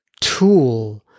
tool